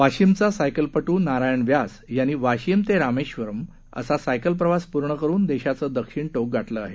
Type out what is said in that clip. वाशीमचा सायकलपट्र नारायण व्यास यांनी वाशीम ते रामेश्वरम असा सायकल प्रवासपूर्ण करून देशाचं दक्षिण टोक गाठलं आहे